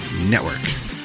Network